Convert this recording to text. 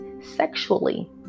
sexually